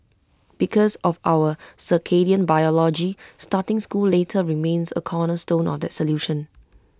because of our circadian biology starting school later remains A cornerstone of that solution